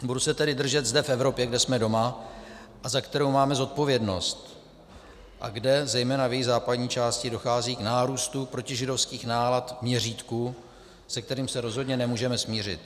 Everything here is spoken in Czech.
Budu se tedy držet zde v Evropě, kde jsme doma a za kterou máme zodpovědnost a kde zejména v její západní části dochází k nárůstu protižidovských nálad v měřítku, se kterým se rozhodně nemůžeme smířit.